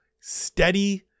steady